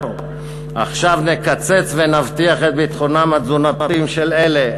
עכשיו נקצץ ונבטיח את ביטחונם התזונתי של אלה.